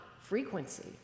frequency